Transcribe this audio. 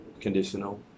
conditional